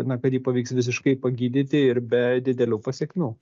na kad jį pavyks visiškai pagydyti ir be didelių pasekmių